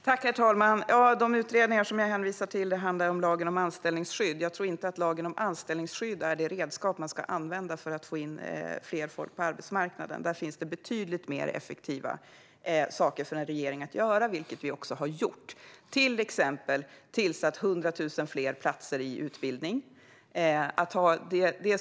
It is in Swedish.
Herr talman! De utredningar som jag hänvisade till handlade om lagen om anställningsskydd. Jag tror inte att den lagen är det redskap som man ska använda för att få in fler på arbetsmarknaden. Där finns betydligt mer effektiva saker som regeringen kan göra, vilket vi också har gjort. Vi har till exempel tillskapat 100 000 fler utbildningsplatser.